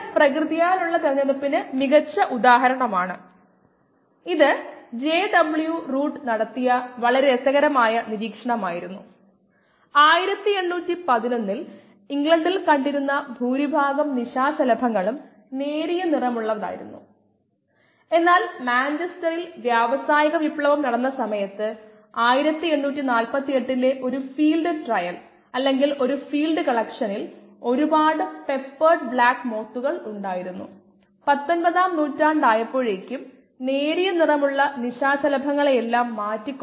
വാസ്തവത്തിൽ സൊല്യൂഷൻ അവതരിപ്പിക്കുമ്പോൾ ഞാൻ ആദ്യത്തെ 3 മാത്രമേ ഉപയോഗിക്കാൻ പോകുകയുള്ളൂ എന്താണ് വേണ്ടത് എന്താണ് നൽകുന്നത് അല്ലെങ്കിൽ അറിയുന്നത് ആവശ്യങ്ങളും അറിവുകളും ഉപയോഗിച്ച് നമ്മൾ എങ്ങനെ ബന്ധിപ്പിക്കും ഇത് മൂന്നാം ഭാഗമായി എടുക്കും അങ്ങനെയാണ് ഞാൻ അത് ചെയ്യാൻ പോകുന്നത്